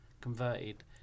converted